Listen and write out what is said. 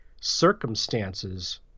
circumstances